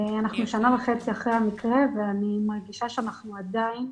אנחנו שנה וחצי אחרי המקרה ואני מרגישה שאנחנו עדיין,